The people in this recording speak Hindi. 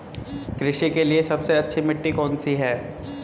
कृषि के लिए सबसे अच्छी मिट्टी कौन सी है?